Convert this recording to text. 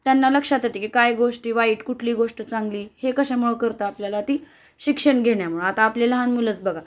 त्यांना लक्षात येते की काय गोष्टी वाईट कुठली गोष्ट चांगली हे कशामुळं कळतं आपल्याला ती शिक्षण घेण्यामुळं आता आपले लहान मुलंच बघा